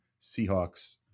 Seahawks